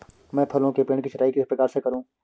मैं फलों के पेड़ की छटाई किस प्रकार से करूं?